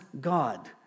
God